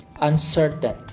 Uncertain